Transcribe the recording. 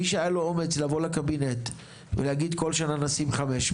מי שהיה לו אומץ לבוא לקבינט ולהגיד בכל שנה נשים 500,